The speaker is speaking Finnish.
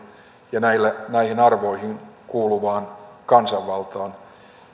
ja näihin arvoihin kuuluvaan kansanvaltaan